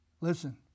Listen